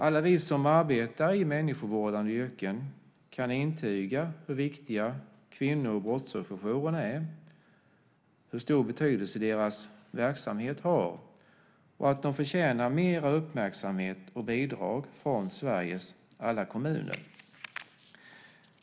Alla vi som arbetar i människovårdande yrken kan intyga hur viktiga kvinno och brottsofferjourerna är och hur stor betydelse deras verksamhet har. Och de förtjänar mera uppmärksamhet och bidrag från Sveriges alla kommuner.